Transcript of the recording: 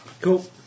cool